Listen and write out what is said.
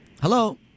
hello